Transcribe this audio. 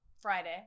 Friday